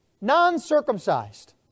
non-circumcised